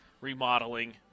remodeling